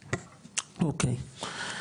אוקי,